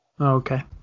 Okay